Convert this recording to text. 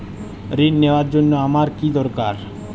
ঋণ নেওয়ার জন্য আমার কী দরকার?